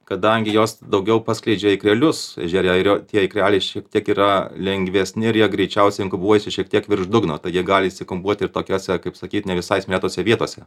kadangi jos daugiau paskleidžia ikrelius ežere ir tie ikreliai šiek tiek yra lengvesni ir jie greičiausiai inkubuojasi šiek tiek virš dugno tai jie gali įsikumbuoti ir tokiuose kaip sakyt ne visai smėtose vietose